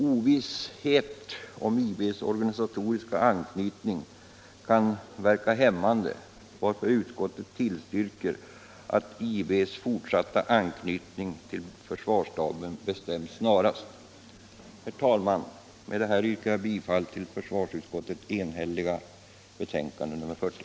Ovisshet om IB:s organisatoriska anknytning kan verka hämmande, varför utskottet tillstyrker att IB:s fortsatta anknytning till försvarsstaben bestäms snarast. Herr talman! Med detta yrkar jag bifall till försvarsutskottets enhälliga hemställan i betänkandet nr 40.